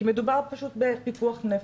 כי מדובר פשוט בפיקוח נפש.